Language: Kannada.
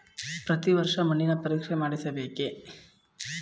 ಪ್ರತಿ ವರ್ಷ ಮಣ್ಣಿನ ಪರೀಕ್ಷೆ ಮಾಡಿಸಬೇಕೇ?